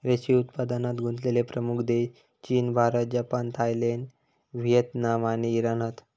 रेशीम उत्पादनात गुंतलेले प्रमुख देश चीन, भारत, जपान, थायलंड, व्हिएतनाम आणि इराण हत